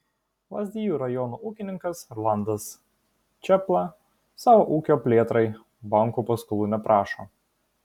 lazdijų rajono ūkininkas rolandas čėpla savo ūkio plėtrai bankų paskolų neprašo